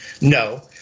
No